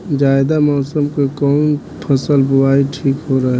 जायद मौसम में कउन फसल बोअल ठीक रहेला?